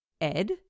Ed